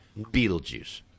Beetlejuice